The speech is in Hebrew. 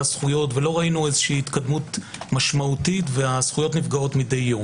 הזכויות ולא ראינו התקדמות משמעותית והזכויות נפגעות מדי יום.